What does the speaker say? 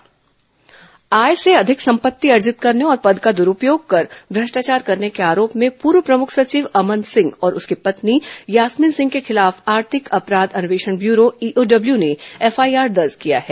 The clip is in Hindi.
अमन सिंह एफआईआर आय से अधिक संपत्ति अर्जित करने और पद का द्रूपयोग कर भ्रष्टाचार करने के आरोप में पूर्व प्रमुख सचिव अमन सिंह और उनकी पत्नी यास्मिन सिंह के खिलाफ आर्थिक अपराध अन्वेषण ब्यूरो ईओडब्ल्यू ने एफआईआर दर्ज किया है